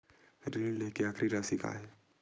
ऋण लेके आखिरी राशि का हे?